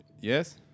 Yes